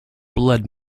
blood